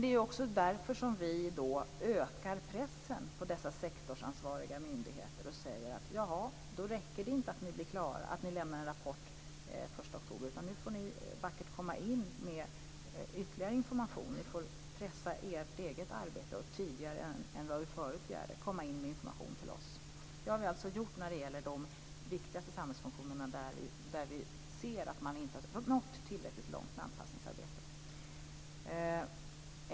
Det är också därför som vi ökar pressen på dessa sektorsansvariga myndigheter och säger: Det räcker inte att ni lämnar en rapport den 1 oktober, utan nu får ni vackert komma in med ytterligare information. Ni får pressa ert eget arbete och tidigare än vad vi förut begärde komma in med information till oss. Detta har vi alltså gjort när det gäller de viktigaste samhällsfunktionerna där vi ser att man inte har nått tillräckligt långt med anpassningsarbetet.